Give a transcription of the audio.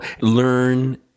learn